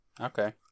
Okay